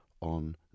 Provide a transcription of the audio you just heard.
on